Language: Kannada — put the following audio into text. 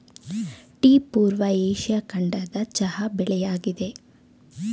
ಟೀ ಪೂರ್ವ ಏಷ್ಯಾ ಖಂಡದ ಚಹಾ ಬೆಳೆಯಾಗಿದೆ